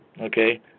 Okay